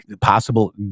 possible